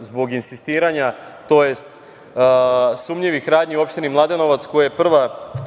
zbog insistiranja, tj. sumnjivih radnji u opštini Mladenovac, koje je prva